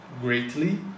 greatly